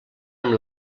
amb